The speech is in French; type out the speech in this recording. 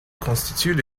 constituent